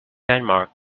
denmark